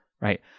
right